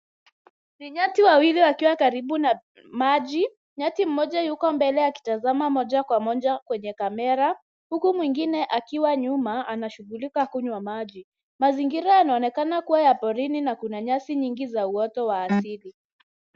Ni nyati wawili wakiwa karibu na maji, nyati mmoja yuko mbele akitazama moja kwa moja kwenye kamera, huku mwingine akiwa nyuma anashughulika kunywa maji. Mazingira yanaonekana kuwa ya porini na kuna nyasi nyingi za uoto wa asili.